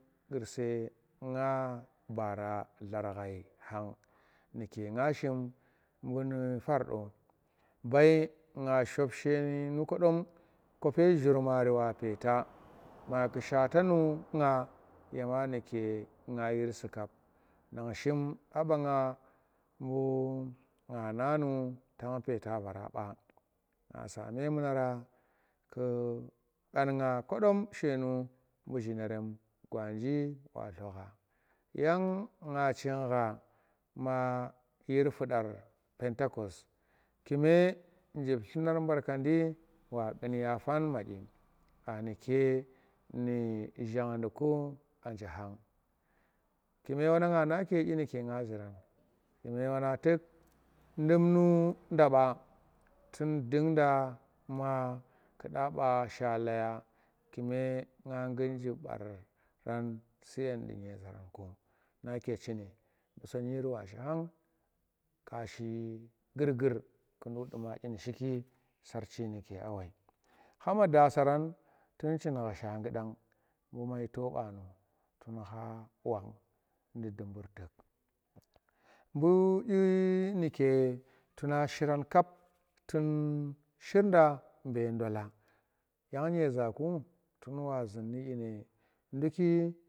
Qurse nga baara lar ghai khang nuke nga shim buu nu far do bai nga shop shanu kodom kope jhurmari wa peeta ma ku shotanu nga yema nuke nga yir si kap nang shim aapanga buke nga nanu tang peeta vara ba nga sa memuna ra ku ganga kodom shenu bu zhirenerem gwanji wa lokha yang nga chinkha ma yir fudar penticos kuma jir dlunar barkandi ku wa qunya fan madyi ka nuke nu shondiku anje ham kume wanang nake dyinuke nga zuran kume wanang tuk dumdu da ba tun dungda ma kuda ba sha laya kume nga ngut jiv barona suyen nu nyeezanku nake chini songiri wa shi khang kashi gurgur ku duk duma shike sarchi nuke a wai khama daasaran tun chinkha shagudang bu maito baanu tun kha wang nu dubur buu dyinuke tuna shiran kap tun shirda be ndola yang nyeezaku tun wa zun nu dyine dukki.